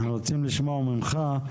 אנחנו רוצים לשמוע ממך,